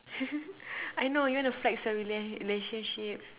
I know you want to flex your rela~ relationship